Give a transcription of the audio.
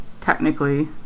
technically